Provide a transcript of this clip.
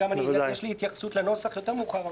יש לי התייחסות לנוסח יותר מאוחר,